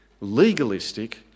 legalistic